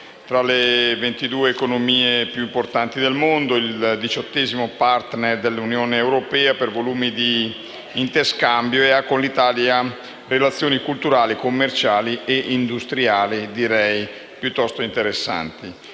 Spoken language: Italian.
tra le 22 economie più importanti del mondo; è il diciottesimo *partner* dell'Unione europea per volumi di interscambio e con l'Italia intrattiene relazioni culturali, commerciali e industriali piuttosto interessanti.